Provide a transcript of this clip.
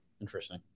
Interesting